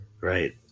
Right